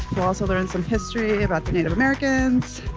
we'll also learn some history about the native americans.